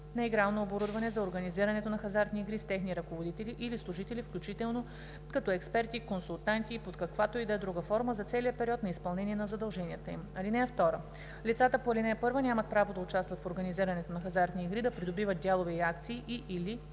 игрално оборудване за организирането на хазартни игри, с техни ръководители или служители, включително като експерти, консултанти и под каквато и да е друга форма, за целия период на изпълнение на задълженията им. (2) Лицата по ал. 1 нямат право да участват в организирането на хазартни игри, да придобиват дялове и акции и/или